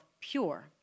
pure